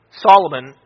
Solomon